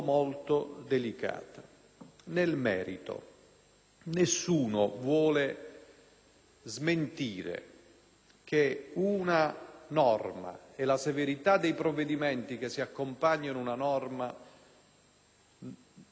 smentire che una norma e la severità dei provvedimenti che si accompagnano ad una norma possano avere una funzione deterrente.